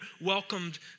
welcomed